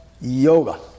yoga